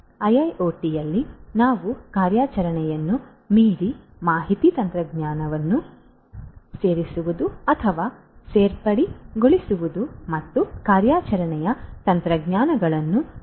IIoT ಯಲ್ಲಿ ನಾವು ಕಾರ್ಯಾಚರಣೆಯನ್ನು ಮೀರಿ ಮಾಹಿತಿ ತಂತ್ರಜ್ಞಾನವನ್ನು ಸೇರಿಸುವುದು ಅಥವಾ ಸೇರ್ಪಡೆಗೊಳಿಸುವುದು ಮತ್ತು ಕಾರ್ಯಾಚರಣೆಯ ತಂತ್ರಜ್ಞಾನಗಳನ್ನು ಸುಧಾರಿಸುವ ಬಗ್ಗೆ ಮಾತನಾಡುತ್ತಿದ್ದೇವೆ